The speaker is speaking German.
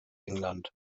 england